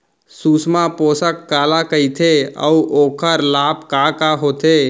सुषमा पोसक काला कइथे अऊ ओखर लाभ का का होथे?